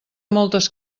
moltes